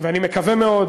ואני מקווה מאוד